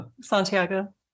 Santiago